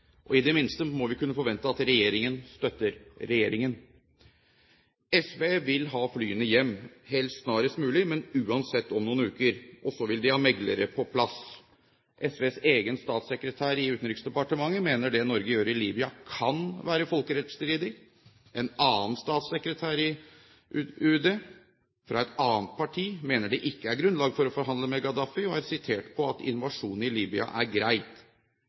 I det minste må vi kunne forvente at regjeringen støtter regjeringen. SV vil ha flyene hjem, helst snarest mulig, men uansett om noen uker. Og så vil de ha meglere på plass. SVs egen statssekretær i Utenriksdepartementet mener det Norge gjør i Libya, kan være folkerettsstridig. En annen statssekretær i Utenriksdepartementet, fra et annet parti, mener det ikke er grunnlag for å forhandle med Gaddafi, og er sitert på at invasjonen i Libya er